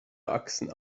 achsen